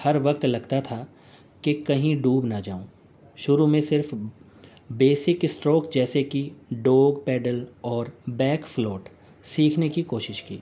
ہر وقت لگتا تھا کہ کہیں ڈوب نہ جاؤں شروع میں صرف بیسک اسٹروک جیسے کہ ڈوگ پیڈل اور بیک فلوٹ سیکھنے کی کوشش کی